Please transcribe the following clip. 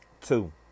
Two